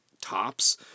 tops